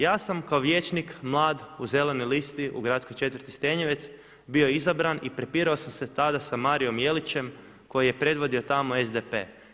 Ja sam kao vijećnik mlad u Zelenoj listi u Gradskoj četvrti Stenjevec, bio izabran i prepirao sam se tada sa Mariom Jelićem koji je predvodio tamo SDP.